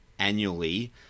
Annually